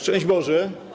Szczęść Boże!